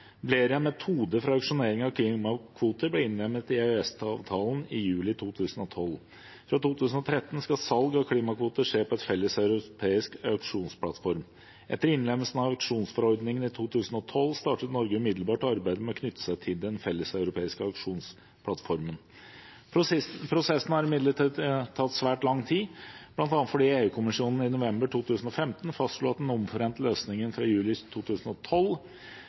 klimakvoter, ble innlemmet i EØS-avtalen i juli 2012. Fra 2013 skulle salg av klimakvoter skje på en felleseuropeisk auksjonsplattform. Etter innlemmelsen av auksjonsforordningen i 2012 startet Norge umiddelbart arbeidet med å knytte seg til den felleseuropeiske auksjonsplattformen. Prosessen har imidlertid tatt svært lang tid, bl.a. fordi EU-kommisjonen i november 2015 fastslo at den omforente løsningen fra juli 2012